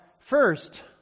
first